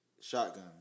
Shotgun